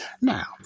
Now